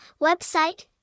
Website